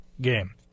game